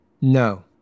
No